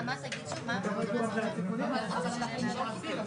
תוקפו של תקן כשרות יהיה לתקופה שלא תעלה על חמש שנים.